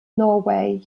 norway